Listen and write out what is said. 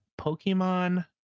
Pokemon